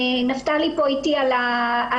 נפתלי פה איתי על הזום,